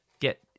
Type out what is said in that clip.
get